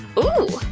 ooh!